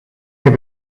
heb